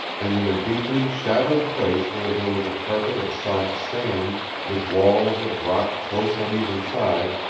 and in a deeply shadowed place where there was a carpet of soft sand, with walls of rock close on either side,